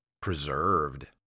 preserved